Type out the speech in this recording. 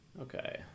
okay